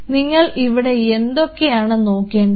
നിങ്ങൾ ഇവിടെ എന്തൊക്കെയാണ് നോക്കേണ്ടത്